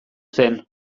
zen